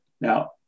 Now